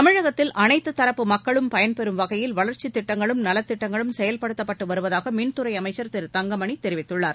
தமிழகத்தில் அனைத்துத்தரப்பு மக்களும் பயன்பெறும் வகையில் வளர்ச்சித் திட்டங்களும் நலத்திட்டங்களும் செயல்படுத்தப்பட்டு வருவதாக மின்துறை அமைச்சர் திரு தங்கமணி தெரிவித்துள்ளார்